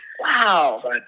Wow